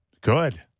Good